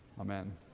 Amen